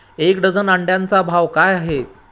एक डझन अंड्यांचा भाव काय आहे?